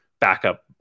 backup